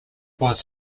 was